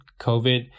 COVID